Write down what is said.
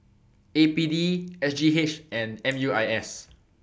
A P D S G H and M U I S